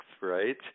right